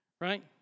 Right